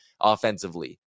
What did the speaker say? offensively